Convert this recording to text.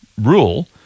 rule